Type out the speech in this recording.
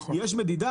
יש מדידה,